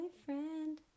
boyfriend